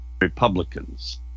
Republicans